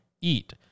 eat